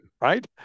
right